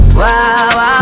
wow